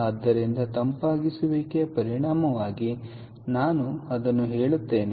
ಆದ್ದರಿಂದ ತಂಪಾಗಿಸುವಿಕೆಯ ಪರಿಣಾಮವಾಗಿ ನಾನು ಅದನ್ನು ಹೇಳುತ್ತೇನೆ